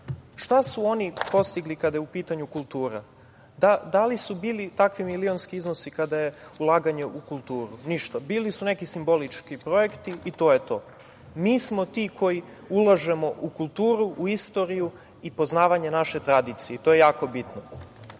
šta su oni postigli kada je u pitanju kultura. Da li su bili takvi milionski iznosi kada je ulaganje u kulturu? Ništa. Bili su neki simbolični projekti i to je to. Mi smo ti koji ulažemo u kulturu, u istoriju i poznavanje naše tradicije, to je jako bitno. Kada